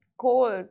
Cold